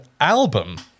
album